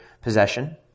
possession